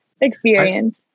experience